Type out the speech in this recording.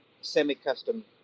semi-custom